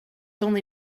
only